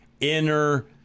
inner